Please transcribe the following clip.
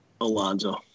Alonzo